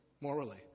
morally